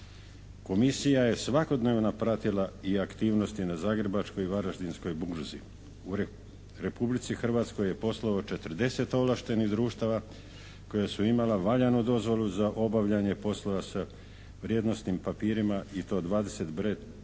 Komisija je svakodnevno pratila i aktivnosti na Zagrebačkoj i Varaždinskoj burzi. U Republici Hrvatskoj je poslovalo 40 ovlaštenih društava koja su imala valjanu dozvolu za obavljanje poslova sa vrijednosnim papirima i to 25